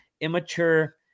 Immature